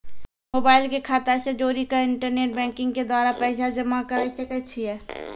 Mobile के खाता से जोड़ी के इंटरनेट बैंकिंग के द्वारा पैसा जमा करे सकय छियै?